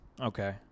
Okay